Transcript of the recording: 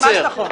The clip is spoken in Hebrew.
והצבא,